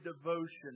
devotion